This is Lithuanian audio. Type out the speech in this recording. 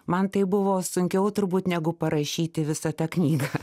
man tai buvo sunkiau turbūt negu parašyti visą tą knygą